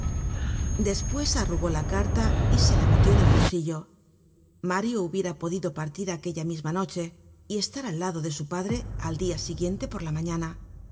despues arrugó la carta y se la metió en el bolsillo mario hubiera podido partir aquella misma noche y estar al lado de su padre al dia siguiente por la mañana